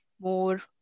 more